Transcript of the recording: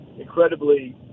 incredibly